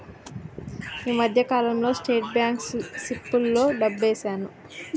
ఈ మధ్యకాలంలో State Bank సిప్పుల్లో డబ్బేశాను